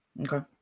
Okay